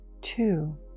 two